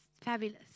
Fabulous